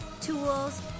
tools